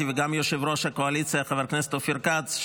וגם על יושב-ראש הקואליציה חבר הכנסת אופיר כץ,